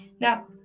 Now